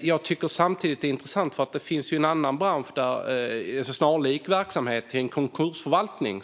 jag tycker samtidigt att detta är intressant, för det finns en snarlik verksamhet som har varit på tapeten, nämligen konkursförvaltning.